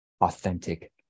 authentic